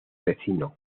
vecino